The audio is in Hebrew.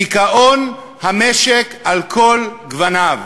דיכאון המשק על כל גווניו.